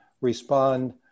respond